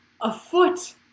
afoot